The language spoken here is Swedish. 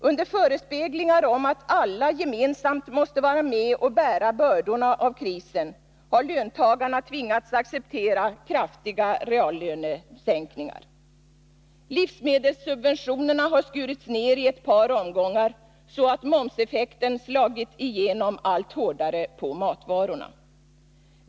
Under förespeglingar om att alla gemensamt måste vara med och bära bördorna av krisen har löntagarna tvingats acceptera kraftiga reallönesänkningar. Livsmedelssubventionerna har skurits ner i ett par omgångar så att momseffekten slagit igenom allt hårdare på matvarorna.